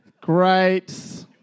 Great